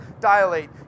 dilate